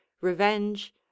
revenge